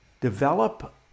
Develop